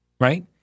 right